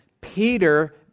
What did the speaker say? Peter